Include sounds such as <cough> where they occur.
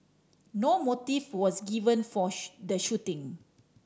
no motive was given for <unintelligible> the shooting